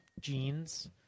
jeans